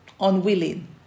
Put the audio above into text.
unwilling